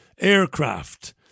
aircraft